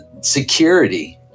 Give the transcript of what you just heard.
security